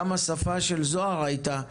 גם השפה של זהר הייתה: